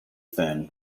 thin